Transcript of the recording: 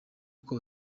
uko